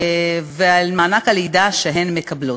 ולמענק הלידה שהן מקבלות.